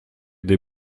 des